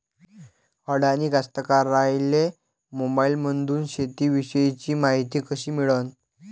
अडानी कास्तकाराइले मोबाईलमंदून शेती इषयीची मायती कशी मिळन?